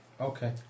Okay